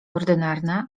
ordynarna